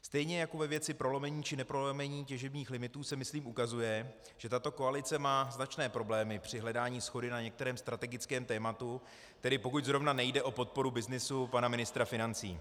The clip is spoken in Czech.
Stejně jako ve věci prolomení či neprolomení těžebních limitů se, myslím, ukazuje, že tato koalice má značné problémy při hledání shody na některém strategickém tématu, tedy pokud zrovna nejde o podporu byznysu pana ministra financí.